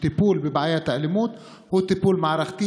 שטיפול בבעיית האלימות הוא טיפול מערכתי.